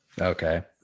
Okay